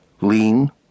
Lean